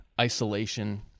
isolation